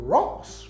Ross